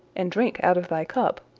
and drink out of thy cup,